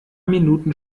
minuten